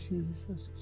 Jesus